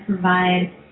Provide